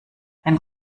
wenn